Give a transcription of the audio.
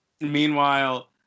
Meanwhile